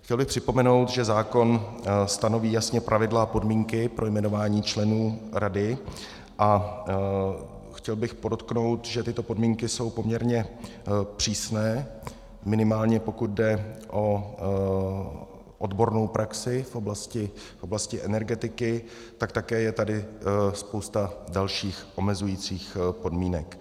Chtěl bych připomenout, že zákon stanoví jasně pravidla a podmínky pro jmenování členů rady, a chtěl bych podotknout, že tyto podmínky jsou poměrně přísné, minimálně pokud jde o odbornou praxi v oblasti energetiky, tak také je tady spousta dalších omezujících podmínek.